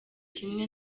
kimwe